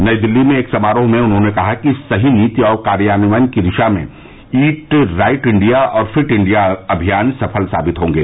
नई दिल्ली में एक समारोह में उन्होंने कहा कि सही नीति और कार्यान्वयन की दिशा में ईट राइट इंडिया और फिट इंडिया अभियान सफल साबित होगें